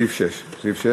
סעיף 6. אוקיי.